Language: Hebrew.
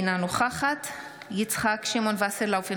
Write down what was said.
אינה נוכחת יצחק שמעון וסרלאוף,